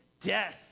death